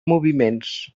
moviments